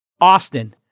Austin